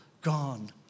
gone